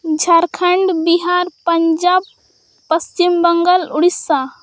Jharkhand Bihar Punjab Paschim Bangal Odisha